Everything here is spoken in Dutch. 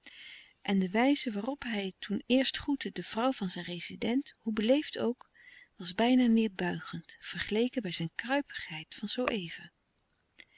en de wijze waarop hij toen eerst groette de vrouw van zijn rezident hoe beleefd ook was bijna neêrbuigend vergeleken bij zijn kruiperigheid van zoo even